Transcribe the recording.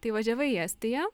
tai važiavai į estiją